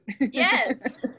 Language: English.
Yes